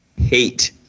hate